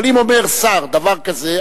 אבל אם אומר שר דבר כזה,